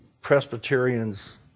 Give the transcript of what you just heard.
Presbyterians